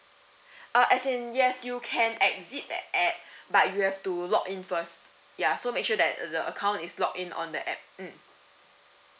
uh as in yes you can exit the app but you have to login first ya so make sure that the account is login on the app mm